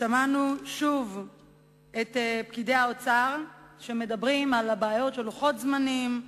שמענו שוב את פקידי האוצר מדברים על הבעיות של לוחות זמנים,